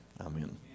Amen